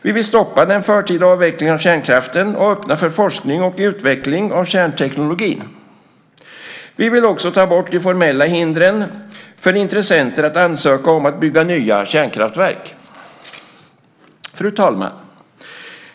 Vi vill stoppa den förtida avvecklingen av kärnkraften och öppna för forskning och utveckling av kärnteknologin. Vi vill också ta bort de formella hindren för intressenter att ansöka om att bygga nya kärnkraftverk. Fru talman!